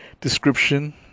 description